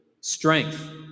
strength